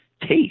taste